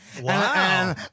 Wow